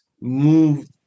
move